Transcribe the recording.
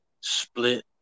split